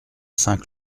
saint